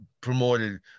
promoted